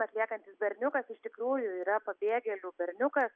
atliekantis berniukas iš tikrųjų yra pabėgėlių berniukas